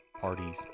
parties